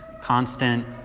constant